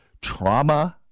trauma